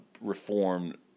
reformed